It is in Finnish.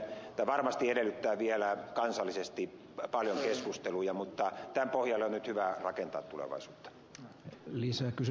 tämä varmasti edellyttää vielä kansallisesti paljon keskusteluja mutta tämän pohjalle on nyt hyvä rakentaa tulevaisuutta